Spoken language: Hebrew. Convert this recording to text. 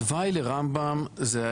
התוואי לרמב"ם.